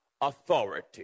authority